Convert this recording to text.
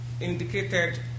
indicated